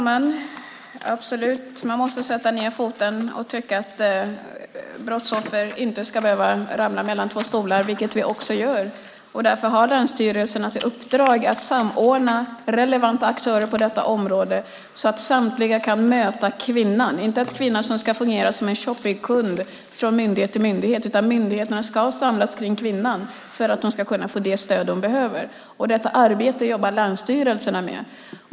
Herr talman! Man måste absolut sätta ned foten för att brottsoffer inte ska behöva ramla mellan två stolar, och det gör vi också. Därför har länsstyrelserna i uppdrag att samordna relevanta aktörer på detta område så att samtliga kan möta kvinnan. Kvinnan ska inte fungera som en shoppingkund som går från myndighet till myndighet, utan myndigheterna ska samlas kring kvinnan för att hon ska kunna få det stöd hon behöver. Detta arbete jobbar länsstyrelserna med.